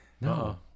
No